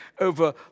over